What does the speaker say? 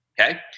okay